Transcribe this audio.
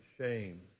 shame